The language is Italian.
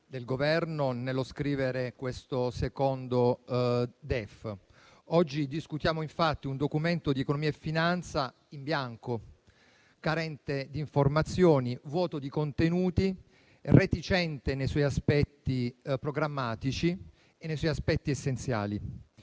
del Governo nello scrivere questo secondo DEF. Oggi discutiamo infatti un Documento di economia e finanza in bianco, carente di informazioni, vuoto di contenuti, reticente nei suoi aspetti programmatici e nei suoi aspetti essenziali.